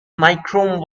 nichrome